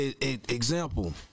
example